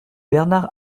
bernard